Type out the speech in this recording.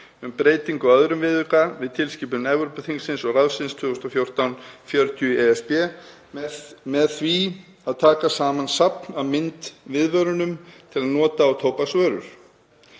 2014 um breytingu á II. viðauka við tilskipun Evrópuþingsins og ráðsins 2014/40/ESB með því að taka saman safn af myndaviðvörunum til að nota á tóbaksvörur.